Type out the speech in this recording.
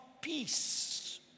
peace